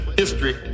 history